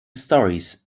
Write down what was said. stories